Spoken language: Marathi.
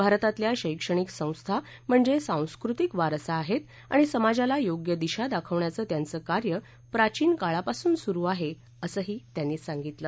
भारतातल्या शैक्षणिक संस्था म्हणजे सांस्कृतिक वारसा आहेत आणि समाजाला योग्य दिशा दाखवण्याचं त्यांचं कार्य प्राचीन काळापासून सुरु आहे असंही त्यांनी सांगितलं